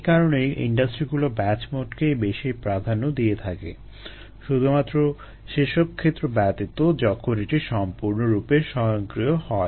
এই কারণেই ইন্ডাস্ট্রিগুলো ব্যাচ মোডকেই বেশি প্রাধান্য দিয়ে থাকে শুধুমাত্র সেসব ক্ষেত্র ব্যতীত যখন এটি সম্পূর্ণরূপে স্বয়ংক্রিয় হয়